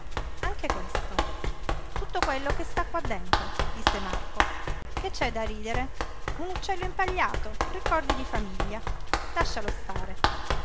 anche questo tutto quello che sta qua dentro disse marco che c'è da ridere un uccello impagliato ricordi di famiglia làscialo stare